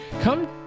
Come